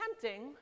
tempting